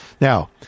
Now